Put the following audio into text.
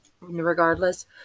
regardless